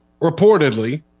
reportedly